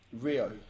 Rio